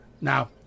now